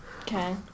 Okay